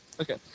Okay